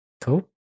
Cool